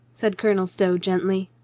said colonel stow gently.